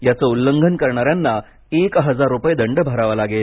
याचं उल्लंघन करणाऱ्यांना एक हजार रुपये दंड भरावा लागेल